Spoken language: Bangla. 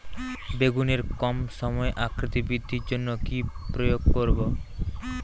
বেগুনের কম সময়ে আকৃতি বৃদ্ধির জন্য কি প্রয়োগ করব?